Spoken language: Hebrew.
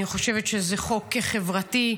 אני חושבת שזה חוק חברתי.